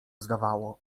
zdawało